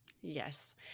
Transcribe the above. Yes